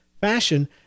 fashion